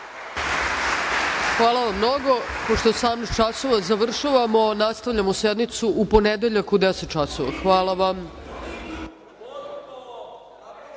Hvala vam mnogo. Pošto je 18 časova, završavamo. Nastavljamo sednicu u ponedeljak u 10.00 časova. Hvala vam.